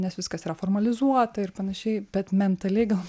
nes viskas yra formalizuota ir panašiai bet mentaliai gal